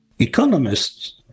economists